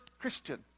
Christian